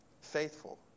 faithful